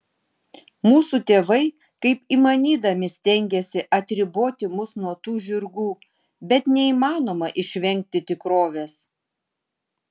mūsų tėvai kaip įmanydami stengėsi atriboti mus nuo tų žirgų bet neįmanoma išvengti tikrovės